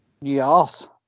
yes